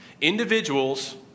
Individuals